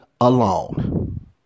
alone